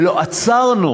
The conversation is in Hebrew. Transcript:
ולא עצרנו